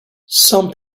some